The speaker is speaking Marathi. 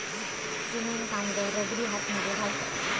सिमेंट कामगार रबरी हातमोजे घालतत